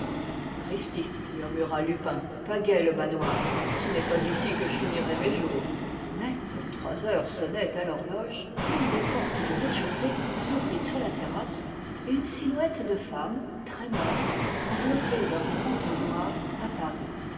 pristi murmura lupin pas gai le manoir ce n'est pas ici que je finirai mes jours mais comme trois heures sonnaient à l'horloge une des portes du rez-de-chaussée s'ouvrit sur la terrasse et une silhouette de femme très mince enveloppée dans un manteau noir apparut